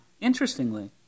interestingly